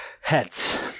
Heads